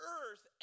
earth